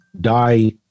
die